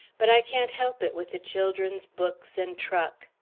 but i can't help it, with the children's books and truck.